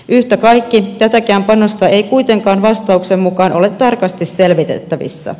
yhtä kaikki tämäkään panos ei kuitenkaan vastauksen mukaan ole tarkasti selvitettävissä